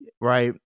right